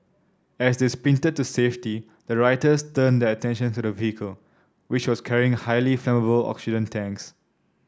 as they sprinted to safety the rioters turned their attention to the vehicle which was carrying highly flammable oxygen tanks